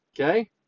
okay